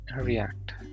react